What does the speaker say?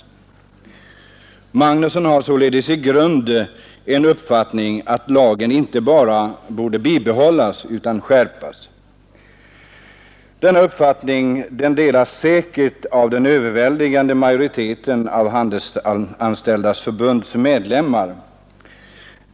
Herr Magnusson har således i grunden den uppfattningen att lagen inte bara borde bibehållas utan skärpas. Denna uppfattning delas säkert av den överväldigande majoriteten av Handelsanställdas förbunds medlemmar.